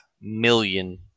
million